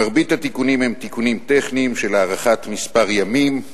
מרבית התיקונים הם תיקונים טכניים של הארכת מספר ימים,